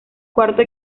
cuarto